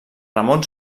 ramon